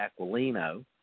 Aquilino